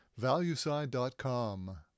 Valueside.com